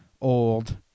old